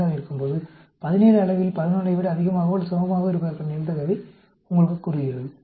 5 ஆக இருக்கும்போது 17 அளவில் 11 ஐ விட அதிகமாகவோ அல்லது சமமாகவோ இருப்பதற்கான நிகழ்தகவை உங்களுக்குக் கூறுகிறது